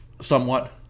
somewhat